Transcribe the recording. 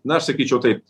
na aš sakyčiau taip